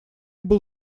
был